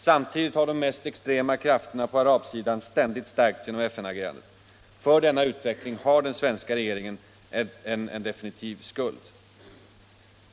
Samtidigt har de mest extrema krafterna på arabsidan ständigt stärkts genom FN-agerandet. För denna utveckling har den svenska regeringen en definitiv skuld.